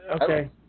okay